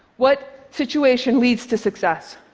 what situation leads to success?